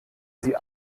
sie